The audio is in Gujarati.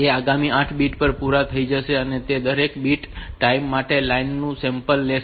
તેથી આગામી 8 બીટ પુરા થઇ જાય પછી તે દરેક બીટ ટાઈમ માટે તે લાઇન નું સેમ્પલ લેશે